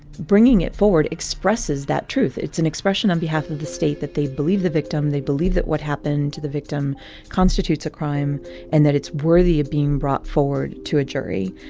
bringing it forward expresses that truth. it's an expression on behalf of the state that they believe the victim. they believe that what happened to the victim constitutes a crime and that it's worthy of being brought forward to a jury.